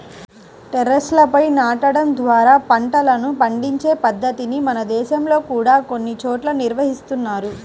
టెర్రస్లపై నాటడం ద్వారా పంటలను పండించే పద్ధతిని మన దేశంలో కూడా కొన్ని చోట్ల నిర్వహిస్తున్నారు